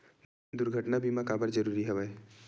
दुर्घटना बीमा काबर जरूरी हवय?